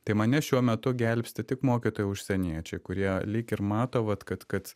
tai mane šiuo metu gelbsti tik mokytojai užsieniečiai kurie lyg ir mato vat kad kad